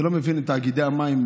אני לא מבין את תאגידי המים,